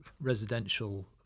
residential